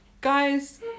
Guys